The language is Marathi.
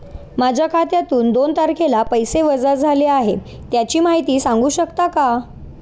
माझ्या खात्यातून दोन तारखेला पैसे वजा झाले आहेत त्याची माहिती सांगू शकता का?